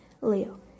Leo